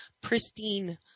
pristine